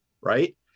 right